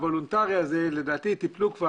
בוולונטרי הזה כבר טיפלו,